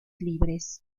libres